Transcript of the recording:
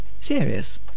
serious